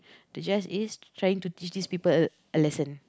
the judge is trying to teach these people a a lesson